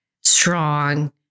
strong